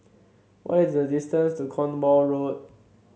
what is the distance to Cornwall Road